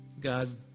God